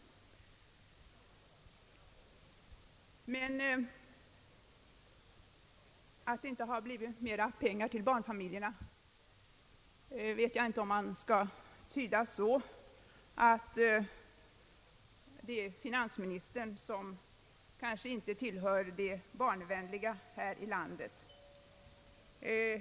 Att det inte har blivit mera pengar till barnfamiljerna vet jag inte om man skall tyda så att finansministern kanske inte tillhör de barnvänliga här i landet.